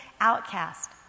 outcast